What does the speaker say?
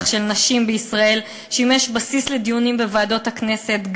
של נשים בישראל שימש בסיס לדיונים בוועדות הכנסת,